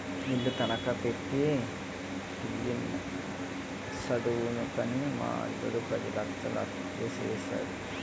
ఇల్లు తనఖా పెట్టి పిల్ల సదువుకని మా అల్లుడు పది లచ్చలు అప్పుసేసాడు